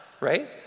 right